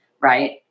Right